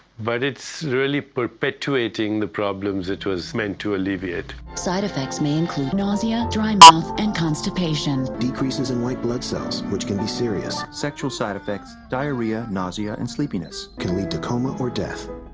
but it's really perpetuating the problems it was meant to alleviate. side effects may include nausea, dry mouth and constipation. decreases in white blood cells, which can be serious, sexual side effects, diarrhea, nausea and sleepiness. can lead to coma or death.